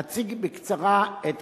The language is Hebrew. אציג בקצרה את